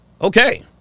Okay